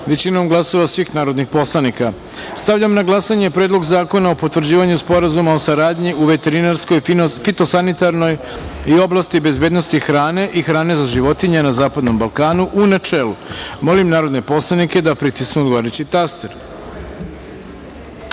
većinom glasova svih narodnih poslanika. Stavljam na glasanje Predlog zakona o potvrđivanju Sporazuma o saradnji u veterinarskoj, fitosanitarnoj i oblasti bezbednosti hrane i hrane za životinje na Zapadnom Balkanu, u načelu. Molim narodne poslanike da pritisnu odgovarajući